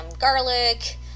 garlic